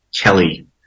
Kelly